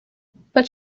but